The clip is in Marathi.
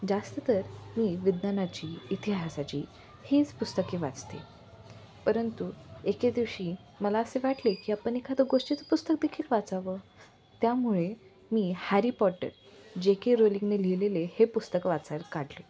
जास्त तर मी विज्ञानाची इतिहासाची हीच पुस्तके वाचते परंतु एके दिवशी मला असे वाटले की आपन एखादं गोष्टीचं पुस्तक देखील वाचावं त्यामुळे मी हॅरी पॉटर जे के रोलिंगने लिहिलेले हे पुस्तकं वाचाय काढले